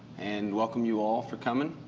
and welcome you all for coming,